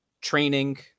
training